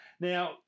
Now